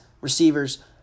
receivers